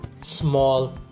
small